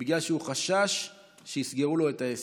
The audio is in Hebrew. בגלל שהוא חשש שיסגרו לו את העסק.